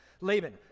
Laban